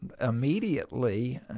immediately